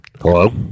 Hello